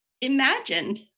imagined